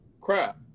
crap